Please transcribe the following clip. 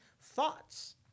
thoughts